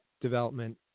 development